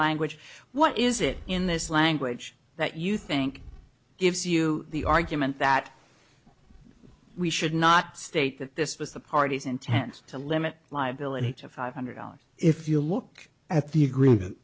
language what is it in this language that you think gives you the argument that we should not state that this was the party's intends to limit live villainy to five hundred dollars if you look at the agreement